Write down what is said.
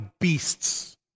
beasts